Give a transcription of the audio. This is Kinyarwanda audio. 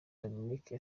dominique